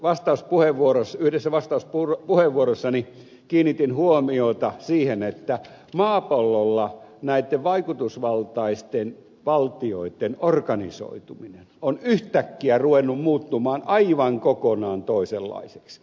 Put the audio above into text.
tuossa yhdessä vastauspuheenvuorossani kiinnitin huomiota siihen että maapallolla näitten vaikutusvaltaisten valtioitten organisoituminen on yhtäkkiä ruvennut muuttumaan aivan kokonaan toisenlaiseksi